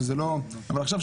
אבל עכשיו,